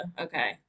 okay